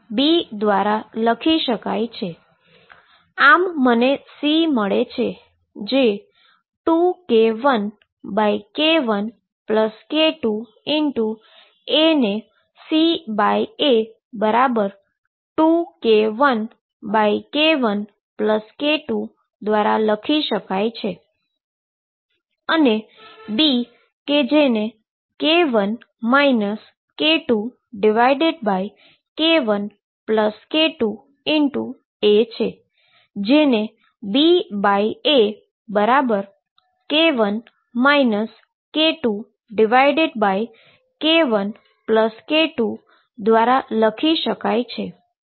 આમ મને C મળે છે જે 2k1k1k2A ને CA2k1k1k2 દ્વારા લખી શકાય છે અને B કે જે k1 k2k1k2 A છે જેને BAk1 k2k1k2 દ્વારા લખી શકાય છે